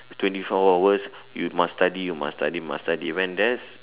twenty four hours you must study you must study must study when there's